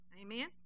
Amen